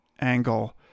angle